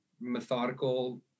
methodical